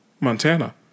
Montana